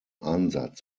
ansatz